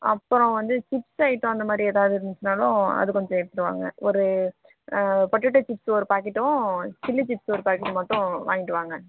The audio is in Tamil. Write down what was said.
அப்புறம் வந்து சிப்ஸ் ஐட்டம் அந்த மாதிரி எதாவது இருந்திச்சினாலும் அது கொஞ்சம் எடுத்துட்டு வாங்க ஒரு பொட்டேட்டோ சிப்ஸ் ஒரு பாக்கெட்டும் சில்லி சிப்ஸ் ஒரு பாக்கெட் மட்டும் வாங்கிட்டு வாங்க